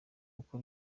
uko